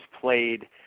played –